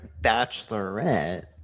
bachelorette